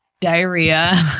diarrhea